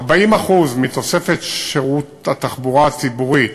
40% מתוספת שירותי התחבורה הציבורית